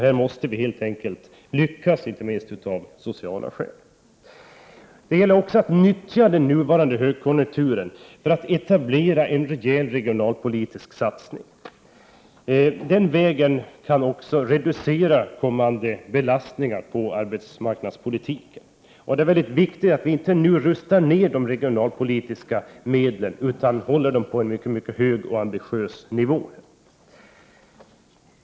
Här måste vi helt enkelt lyckas, inte minst av sociala skäl. Det gäller också att nyttja den nuvarande högkonjunkturen för att etablera en rejäl regionalpolitisk satsning. Den vägen kan vi reducera kommande belastningar på arbetsmarknadspolitiken. Det är väldigt viktigt att vi nu inte rustar ner när det gäller regionalpolitiska medel utan håller oss på en mycket hög och ambitiös nivå.